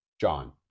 John